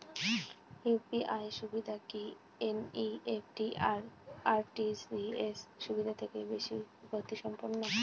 UPI সুবিধা কি NEFT আর আর.টি.জি.এস সুবিধা থেকে বেশি গতিসম্পন্ন?